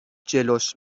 جلوش